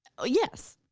oh yes.